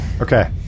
Okay